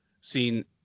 seen